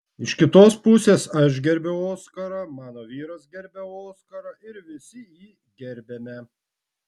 iš kitos pusės aš gerbiu oskarą mano vyras gerbia oskarą ir visi jį gerbiame